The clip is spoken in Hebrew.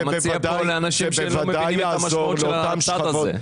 אתה מציע פה לאנשים שלא מבינים את המשמעות של הצעד הזה.